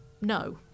no